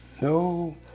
No